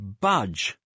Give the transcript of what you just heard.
budge